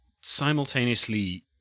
simultaneously